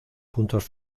puntos